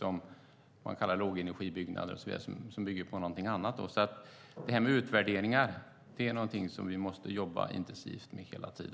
Man kallar det för lågenergibyggnader och så vidare, som bygger på någonting annat. Det här med utvärderingar är alltså någonting som vi hela tiden måste jobba intensivt med.